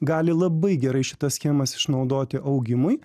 gali labai gerai šitas schemas išnaudoti augimui